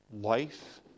Life